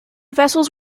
vessels